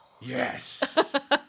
Yes